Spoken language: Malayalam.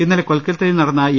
ഇന്നലെ കൊൽക്കത്തയിൽ നടന്ന എ